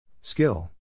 Skill